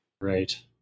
Right